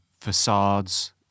facades